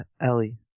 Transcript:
Ellie